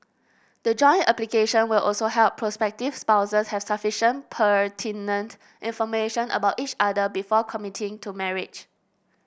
the joint application will also help prospective spouses have sufficient pertinent information about each other before committing to marriage